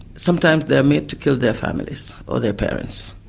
sometimes they're made to kill their families or their parents.